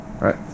Right